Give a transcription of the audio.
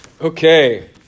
Okay